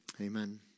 Amen